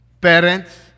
parents